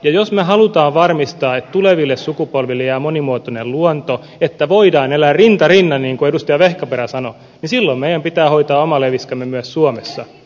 jos me haluamme varmistaa että tuleville sukupolville jää monimuotoinen luonto että voidaan elää rinta rinnan niin kuin edustaja vehkaperä sanoi niin silloin meidän pitää hoitaa oma leiviskämme myös suomessa